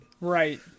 Right